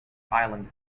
island